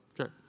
okay